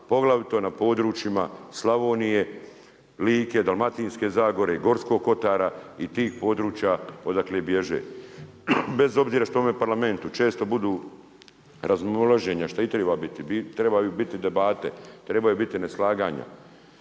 poglavito na područjima Slavonije, Like, Dalmatinske zagore, Gorskog kotara i tih područja odakle bježe. Bez obzira što u ovom Parlamentu često budu razmimolaženja što i treba biti, trebaju biti debate, trebaju biti neslaganja